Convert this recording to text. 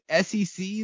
SEC